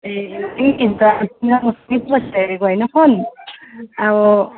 ए झरेको होइन फोन